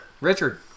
Richard